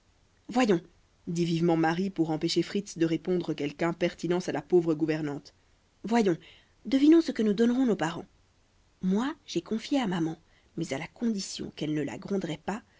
voyons dit vivement marie pour empêcher fritz de répondre quelque impertinence à la pauvre gouvernante voyons devinons ce que nous donneront nos parents moi j'ai confié à maman mais à condition qu'elle ne la gronderait pas